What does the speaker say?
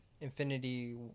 Infinity